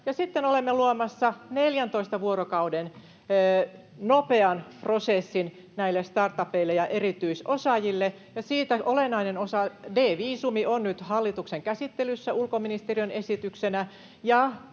Lisäksi olemme luomassa 14 vuorokauden nopean prosessin startupeille ja erityisosaajille, ja siitä olennainen osa, D-viisumi, on nyt hallituksen käsittelyssä ulkoministeriön esityksenä,